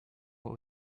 what